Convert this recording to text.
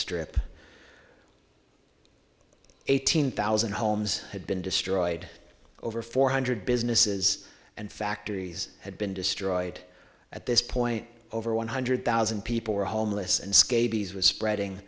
strip eighteen thousand homes had been destroyed over four hundred businesses and factories had been destroyed at this point over one hundred thousand people were homeless and scabies was spreading